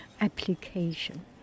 application